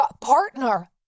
partner